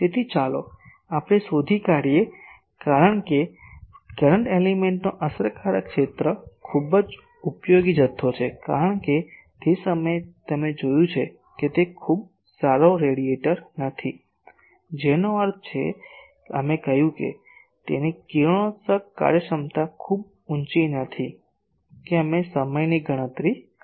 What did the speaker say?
તેથી ચાલો આપણે શોધી કાઢીએ કારણ કે કરંટ એલિમેન્ટનો અસરકારક ક્ષેત્ર ખૂબ જ ઉપયોગી જથ્થો છે કારણ કે તે સમયે તમે જોયું છે કે તે ખૂબ સારો રેડિયેટર નથી જેનો અર્થ છે અમે કહ્યું કે તેની કિરણોત્સર્ગ કાર્યક્ષમતા ખૂબ ઊચી નથી કે અમે સમયનીગણતરી કરી